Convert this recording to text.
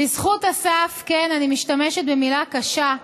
בזכות אסף, כן, אני משתמשת במילה קשה,